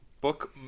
book